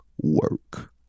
work